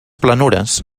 planures